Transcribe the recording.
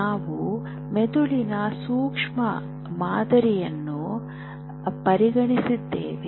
ನಾವು ಮೆದುಳಿನ ಸೂಕ್ಷ್ಮ ಮಾದರಿಯನ್ನು ಪರಿಗಣಿಸಿದ್ದೇವೆ